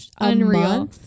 unreal